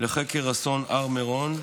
לחקר אסון הר מירון,